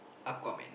Aquaman